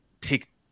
take